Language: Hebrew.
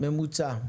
בממוצע.